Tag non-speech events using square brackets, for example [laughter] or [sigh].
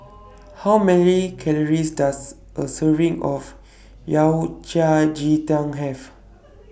[noise] How Many Calories Does A Serving of Yao Cai Ji Tang Have